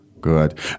Good